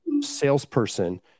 salesperson